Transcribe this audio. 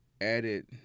added